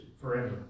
forever